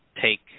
take